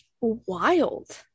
wild